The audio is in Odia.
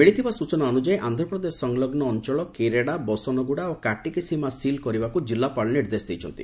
ମିଳିଥିବା ସୂଚନା ଅନୁଯାୟୀ ଆକ୍ଷ୍ରପ୍ରଦେଶ ସଂଲଗୁ ଅଞଳ କେରେଡା ବସନଗୁଡ଼ା ଓ କାଟିକି ସୀମା ସିଲ୍ କରିବାକୁ ଜିଲ୍ଲାପାଳ ନିର୍ଦ୍ଦେଶ ଦେଇଛନ୍ତି